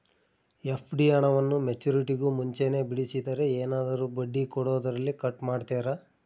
FD ಹಣವನ್ನು ಮೆಚ್ಯೂರಿಟಿಗೂ ಮುಂಚೆನೇ ಬಿಡಿಸಿದರೆ ಏನಾದರೂ ಬಡ್ಡಿ ಕೊಡೋದರಲ್ಲಿ ಕಟ್ ಮಾಡ್ತೇರಾ?